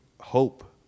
hope